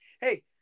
Hey